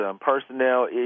personnel